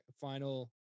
final